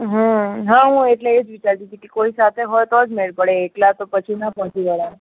હ હા હું એટલે એજ વિચારતી હતી કે કોઈ સાથે હોય તો જ મેળ પડે એકલા તો પછી ના પહોંચી વળાય